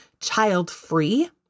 child-free